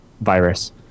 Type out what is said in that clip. virus